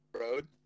Road